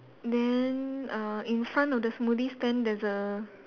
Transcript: then uh in front of the smoothie stand there's a